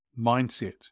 mindset